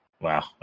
Wow